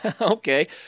Okay